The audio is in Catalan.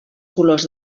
colors